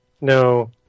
No